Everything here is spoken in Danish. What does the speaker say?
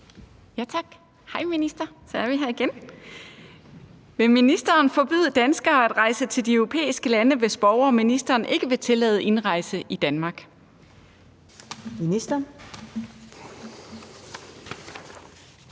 Tak. Hej, minister, så er vi her igen. Vil ministeren forbyde danskere at rejse til de europæiske lande, hvis borgere ministeren ikke vil tillade indrejse i Danmark? Kl.